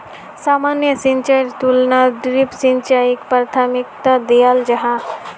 सामान्य सिंचाईर तुलनात ड्रिप सिंचाईक प्राथमिकता दियाल जाहा